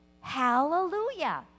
Hallelujah